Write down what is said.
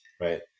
right